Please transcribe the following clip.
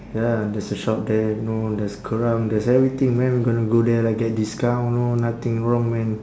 ya there's a shop there know there's kerang there's everything man we gonna go there like get discount know nothing wrong man